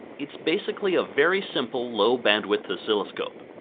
it's basically a very simple, low bandwidth oscilloscope!